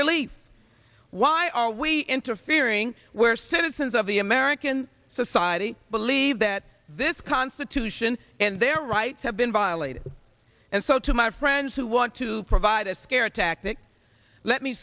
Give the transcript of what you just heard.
relief why are we interfering where citizens of the american society believe that this constitution and their rights have been violated and so to my friends who want to provide a scare tactic let me